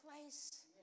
place